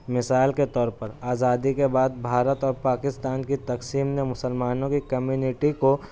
مثال کے طور پر آزادی کے بعد بھارت اور پاکستان کی تقسیم نے مسلمانوں کی کمیونٹی کو